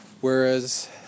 Whereas